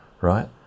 right